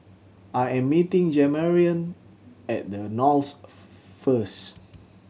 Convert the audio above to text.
I am meeting Jamarion at The Knolls first